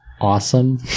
Awesome